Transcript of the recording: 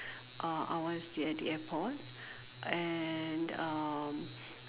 uh I was the at the airport and um